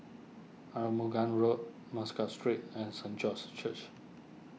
Arumugam Road Muscat Street and Saint George's Church